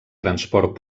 transport